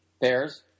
Bears